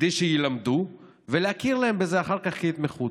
כדי שילמדו ולהכיר להם בזה אחר כך כהתמחות.